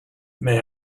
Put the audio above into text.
may